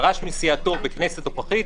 פרש מסיעתו בכנסת נוכחית,